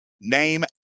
Name